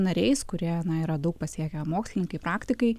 nariais kurie yra daug pasiekę mokslininkai praktikai